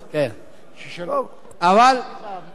אנחנו לא רחוקים.